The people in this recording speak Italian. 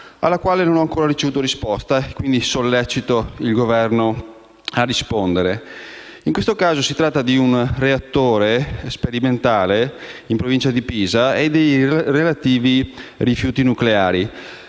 2015, ma non ho ricevuto risposta. Sollecito il Governo a rispondere. In questo caso si tratta di un reattore sperimentale in provincia di Pisa e dei relativi rifiuti nucleari.